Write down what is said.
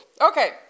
Okay